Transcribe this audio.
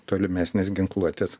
tolimesnės ginkluotės